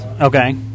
Okay